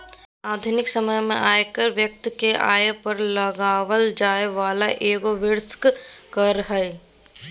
आधुनिक समय में आयकर व्यक्ति के आय पर लगाबल जैय वाला एगो वार्षिक कर हइ